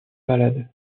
malade